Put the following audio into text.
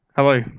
hello